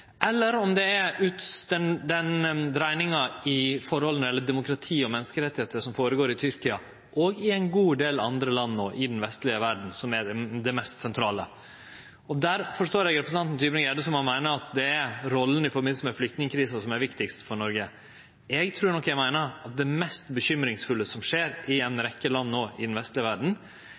eller om det er den dreiinga i demokrati og menneskerettar som går føre seg i Tyrkia og i ein god del andre land òg i den vestlege verda, som er det mest sentrale. Der forstår eg representanten Tybring-Gjedde slik at han meiner at det er rolla i samband med flyktningkrisa som er viktigast for Noreg. Eg trur nok eg meiner at det mest bekymringsfulle som skjer i ei rekkje land no i den vestlege verda,